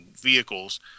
vehicles